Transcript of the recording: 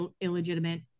illegitimate